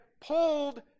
pulled